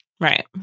Right